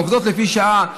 עובדות לפי שעה,